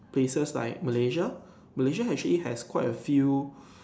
places like Malaysia Malaysia actually has quite a few